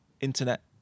internet